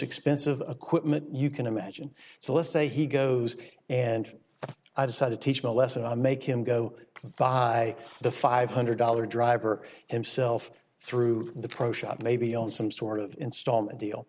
expensive equipment you can imagine so let's say he goes and i decided teaching a lesson i make him go buy the five hundred dollar driver himself through the pro shop maybe on some sort of installment deal